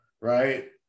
right